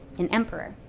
an emperor.